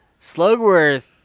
Slugworth